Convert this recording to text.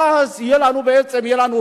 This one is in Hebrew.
ואז יהיה לנו רוב.